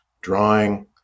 drawing